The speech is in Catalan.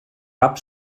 cap